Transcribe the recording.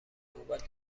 نوبت